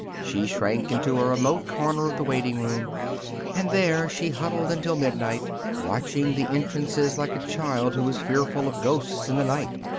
she shrank into a remote corner of the waiting room and there she huddled until midnight, watching the entrances like a child who is fearful of ghosts in the night.